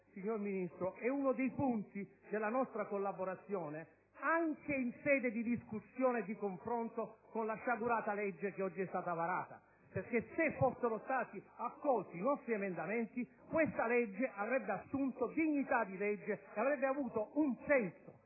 Signor Ministro, è uno dei punti della nostra collaborazione anche in sede di discussione e di confronto con la sciagurata legge che oggi è stata varata. Se fossero stati accolti i nostri emendamenti, questo provvedimento avrebbe assunto la dignità di legge e avrebbe avuto un senso,